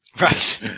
Right